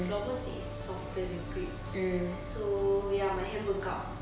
floorball stick is softer the grip so ya my hand bengkak